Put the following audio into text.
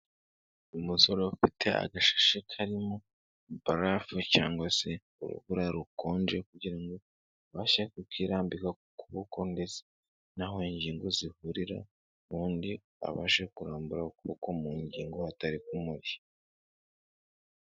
Umusore ufite agashashi karimo barafu cyangwa se urubura rukonje kugira ngo abashe kukirambika ku kuboko ndetse n'aho ingingo zihurira ubundi abashe kurambura ukuboko mu ngingo hatari kumurya.